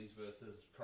versus